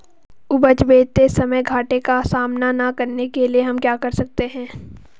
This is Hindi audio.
उपज बेचते समय घाटे का सामना न करने के लिए हम क्या कर सकते हैं?